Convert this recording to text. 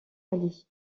ali